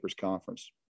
Conference